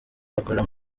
bakorera